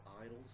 idols